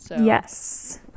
Yes